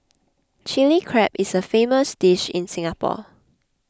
Chilli Crab is a famous dish in Singapore